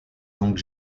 donc